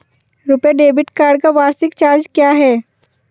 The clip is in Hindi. रुपे डेबिट कार्ड का वार्षिक चार्ज क्या है?